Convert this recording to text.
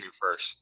first